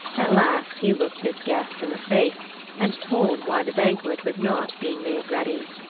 at last he looked his guest in the face and told why the banquet was not being made ready.